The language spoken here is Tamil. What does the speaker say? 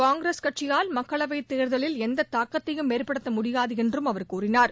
காங்கிரஸ் கட்சியால் மக்களவைத் தேர்தலில் எந்த தாக்கத்தையும் ஏற்படுத்த முடியாது என்றும் அவர் கூறினார்